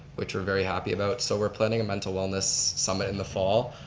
which we're very happy about. so we're planning a mental wellness summit in the fall.